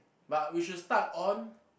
but we should start on